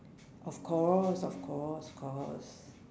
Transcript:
of course of course course